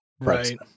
Right